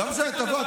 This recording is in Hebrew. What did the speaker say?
לא משנה, תבוא.